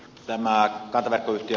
herra puhemies